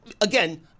again